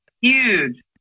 huge